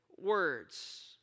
words